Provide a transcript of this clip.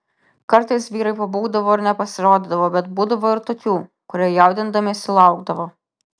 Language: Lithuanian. kartais vyrai pabūgdavo ir nepasirodydavo bet būdavo ir tokių kurie jaudindamiesi laukdavo